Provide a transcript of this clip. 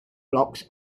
locks